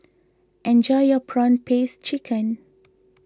enjoy your Prawn Paste Chicken